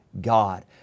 God